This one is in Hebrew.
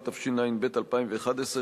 התשע"ב 2011,